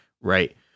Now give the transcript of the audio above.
right